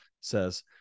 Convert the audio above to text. says